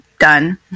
done